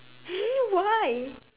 why